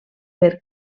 per